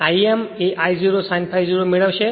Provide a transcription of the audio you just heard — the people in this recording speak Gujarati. I m એ I0 sin ∅ 0 મેળવશે